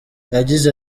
yagize